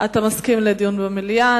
אני מסכים לדיון במליאה.